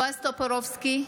בועז טופורובסקי,